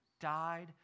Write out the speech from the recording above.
died